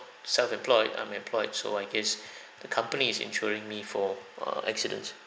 self-employed I'm employed so I guess the company is insuring me for err accidents